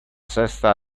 sesta